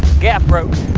gaff broke!